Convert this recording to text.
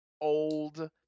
old